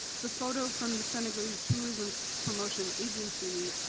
the photo from the senegalese tourism promotion agency,